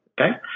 Okay